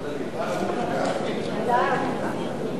בקריאה שלישית.